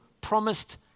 promised